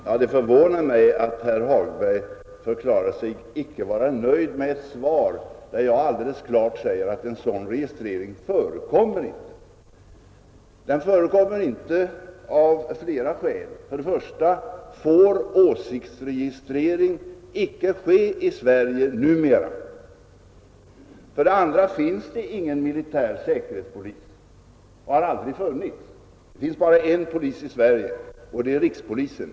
Herr talman! Det förvånar mig att herr Hagberg förklarar sig icke vara nöjd med ett svar där jag alldeles klart säger att en sådan registrering inte förekommer. Den förekommer inte av flera skäl. För det första får åsiktsregistrering icke ske i Sverige numera. För det andra finns det ingen militär säkerhetspolis och har aldrig funnits. Det finns bara en polis i Sverige, och det är rikspolisen.